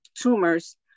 tumors